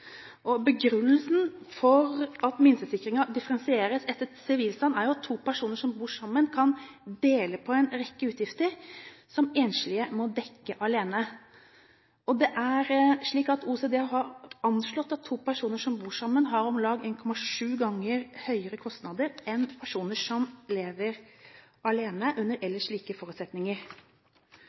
Og begrunnelsen for at minstesikringen differensieres etter sivilstand, er at to personer som bor sammen, kan dele på en rekke utgifter, som enslige må dekke alene. OECD har anslått at to personer som bor sammen, har om lag 1,7 ganger høyere kostnader enn personer som lever alene, under ellers like forutsetninger.